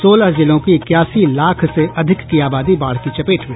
सोलह जिलों की इक्यासी लाख से अधिक की आबादी बाढ़ की चपेट में